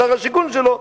לשר השיכון שלו,